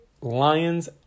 Lions